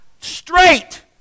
Straight